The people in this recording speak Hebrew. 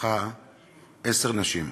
במשפחה עשר נשים,